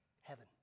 heaven